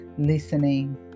listening